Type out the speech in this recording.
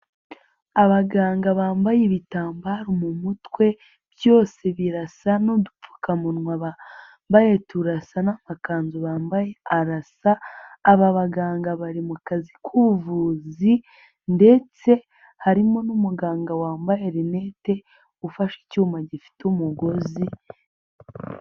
Abaganga bambaye ibitambaro mu mutwe, byose birasa n'udupfukamunwa bambaye turasa n'amakanzu bambaye arasa, aba baganga bari mu kazi k'ubuvuzi ndetse harimo n'umuganga wambaye rinete, ufashe icyuma gifite umugozi.